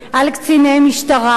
על קציני משטרה,